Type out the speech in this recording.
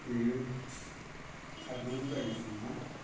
जेरैबो खारनांगौ जायो जोंहा